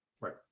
Right